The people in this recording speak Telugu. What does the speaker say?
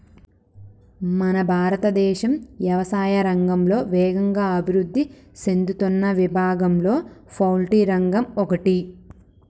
మన భారతదేశం యవసాయా రంగంలో వేగంగా అభివృద్ధి సేందుతున్న విభాగంలో పౌల్ట్రి రంగం ఒకటి